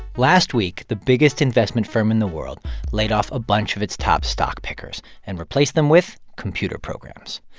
last week the biggest investment firm in the world laid off a bunch of its top stock pickers and replaced them with computer programs.